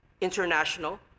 international